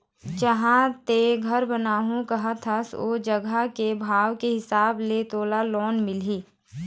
जिहाँ तेंहा घर बनाहूँ कहत हस ओ जघा के भाव के हिसाब ले तोला लोन मिलही